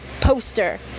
poster